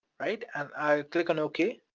right? and i'll click on okay,